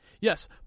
Yes